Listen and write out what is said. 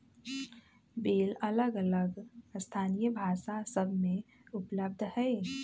bill अलग अलग स्थानीय भाषा सभ में उपलब्ध हइ